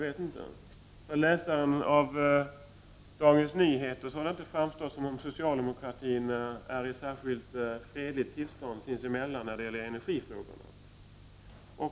Enligt vad jag läst i Dagens Nyheter verkar det inte vara något särskilt fredligt tillstånd inom socialdemokratin när det gäller energifrågorna.